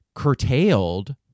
curtailed